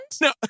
No